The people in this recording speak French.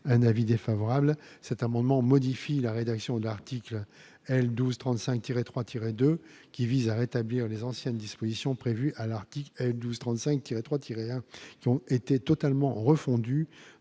un avis défavorable, cet amendement modifie la rédaction de l'article L 12 35 hier et 3 tiré 2 qui vise à rétablir les anciennes dispositions prévues à l'article 12 35 3 tiré un qui était totalement refondue